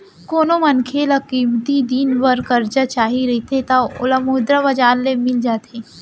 कोनो मनखे ल कमती दिन बर करजा चाही रहिथे त ओला मुद्रा बजार ले मिल जाथे